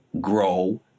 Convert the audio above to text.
grow